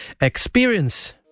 experience